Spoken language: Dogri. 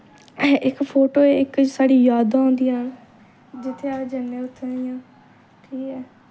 इक फोटो इक साढ़ी यादां होंदियां न जित्थें अस जन्ने उत्थें दियां ठीक ऐ